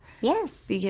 Yes